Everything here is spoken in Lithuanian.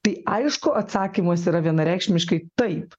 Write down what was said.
tai aišku atsakymas yra vienareikšmiškai taip